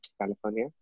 California